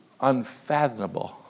unfathomable